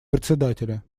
председателя